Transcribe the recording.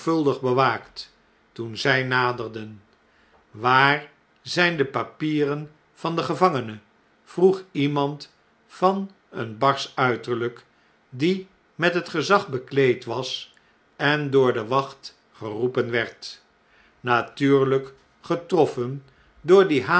bewaakt toen zij naderden waar zijn de papieren vandengevangene vroeg iemand van een barsch uiterljjk die met het gezag bekleed was en door de wacht geroepen werd natuurljjk getroffen door die